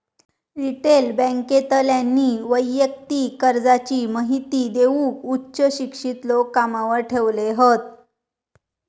retail बॅन्केतल्यानी वैयक्तिक कर्जाची महिती देऊक उच्च शिक्षित लोक कामावर ठेवले हत